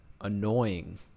annoying